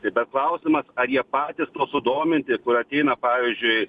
bet klausimas ar jie patys sudominti kur ateina pavyzdžiui